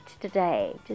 today